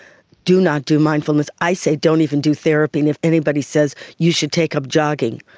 do not do mindfulness, i say don't even do therapy, and if anybody says you should take up jogging,